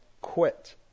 quit